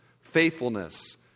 faithfulness